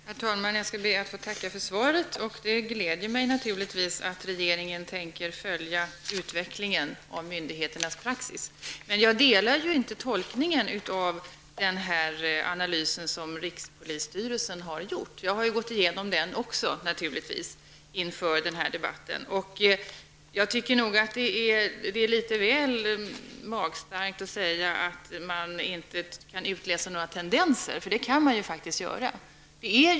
Herr talman! Jag skall be att få tacka för svaret. Det gläder mig naturligtvis att regeringen tänker följa utvecklingen av myndigheternas praxis, men jag delar inte tolkningen av den analys som rikspolisstyrelsen har gjort. Jag har naturligtvis också gått igenom den inför den här debatten. Jag tycker att det är litet väl magstarkt att säga att man inte kan utläsa några tendenser, för det kan man faktiskt göra.